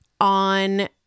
on